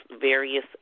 various